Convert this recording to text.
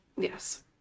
Yes